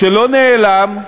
שלא נעלם,